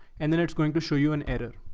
and then it's going to show you an error.